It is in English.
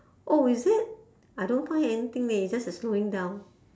oh is it I don't find anything leh is just uh slowing down